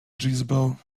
jezebel